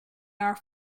are